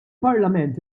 parlament